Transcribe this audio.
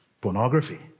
Pornography